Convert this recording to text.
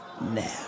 now